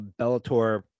Bellator